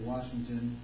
Washington